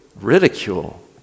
ridicule